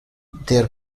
their